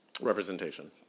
Representation